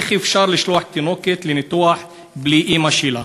איך אפשר לשלוח תינוקת לניתוח בלי אימא שלה?